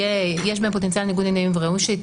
יש בהן פוטנציאל ניגוד עניינים וראוי שהן